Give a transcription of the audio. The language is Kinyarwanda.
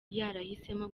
yarahisemo